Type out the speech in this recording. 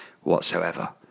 whatsoever